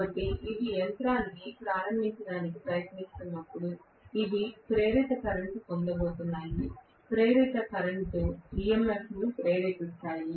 కాబట్టి ఇవి యంత్రాన్ని ప్రారంభించడానికి ప్రయత్నిస్తున్నప్పుడు ఇవి ప్రేరిత కరెంట్ పొందబోతున్నాయి ప్రేరిత కరెంట్ EMF ను ప్రేరేపిస్తాయి